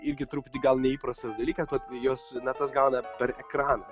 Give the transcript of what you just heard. irgi truputį gal neįprastas dalykas bet jos natas gauna per ekraną